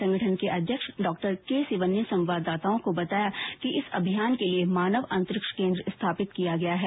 संगठन के अध्यक्ष डॉक्टर के सिवन ने संवाददाताओं को बताया कि इस अभियान के लिए मानव अंतरिक्ष केन्द्र स्थापित किया गया है